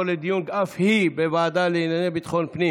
לוועדת ביטחון הפנים